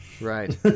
right